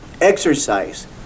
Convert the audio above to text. exercise